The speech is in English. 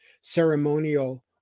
ceremonial